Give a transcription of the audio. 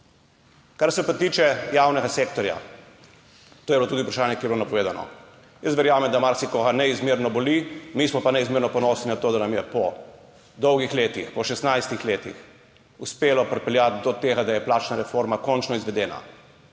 Kar se pa tiče javnega sektorja, to je bilo tudi vprašanje, ki je bilo napovedano. Jaz verjamem, da marsikoga neizmerno boli, mi smo pa neizmerno ponosni na to, da nam je po dolgih letih, po 16 letih, uspelo pripeljati do tega, da je plačna reforma končno izvedena,